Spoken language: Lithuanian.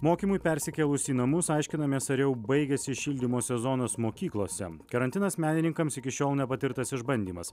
mokymui persikėlus į namus aiškinamės ar jau baigėsi šildymo sezonas mokyklose karantinas menininkams iki šiol nepatirtas išbandymas